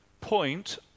point